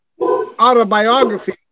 autobiography